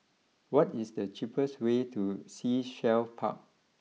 what is the cheapest way to Sea Shell Park